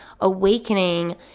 awakening